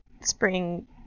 spring